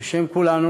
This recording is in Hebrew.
בשם כולנו,